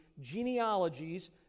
genealogies